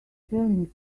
feeling